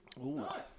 Nice